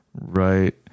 Right